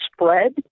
spread